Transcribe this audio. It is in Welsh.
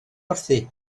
wrthi